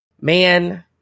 Man